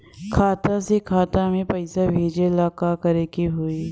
खाता से खाता मे पैसा भेजे ला का करे के होई?